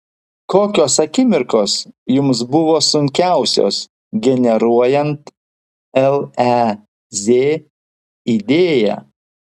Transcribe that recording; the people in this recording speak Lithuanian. kokios akimirkos jums buvo sunkiausios generuojant lez idėją